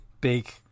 big